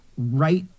Right